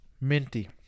Minty